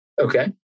Okay